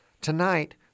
tonight